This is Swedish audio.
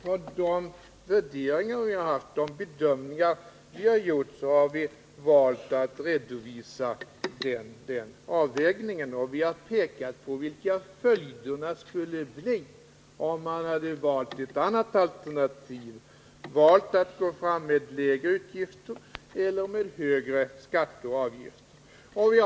På basis av våra värderingar och bedömningar har vi valt att redovisa denna avvägning. Vi har pekat på vilka följderna skulle bli om vi hade valt ett annat alternativ, om vi hade valt att gå fram med lägre utgifter eller med högre skatter och avgifter.